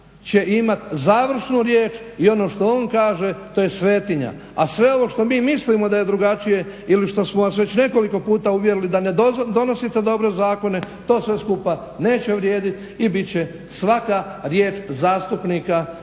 će imati završnu riječ i ono što on kaže to je svetina, a sve ovo što mi mislimo da je drugačije ili što smo vas već nekoliko puta uvjerili da ne donosite dobre zakone, to sve skupa neće vrijediti i bit će svaka riječ zastupnika